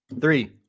Three